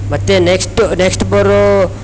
ಮತ್ತೆ next next ಬರೋ